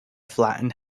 flattened